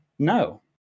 No